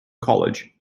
college